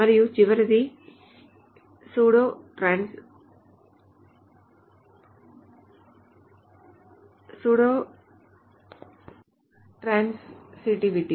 మరియు చివరిది pseudo transitivity